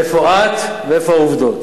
איפה את ואיפה העובדות.